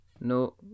No